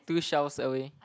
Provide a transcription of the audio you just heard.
two shelves away